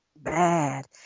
bad